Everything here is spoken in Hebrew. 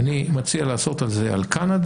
אני מציע לעשות את זה על קנדה,